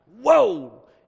whoa